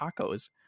tacos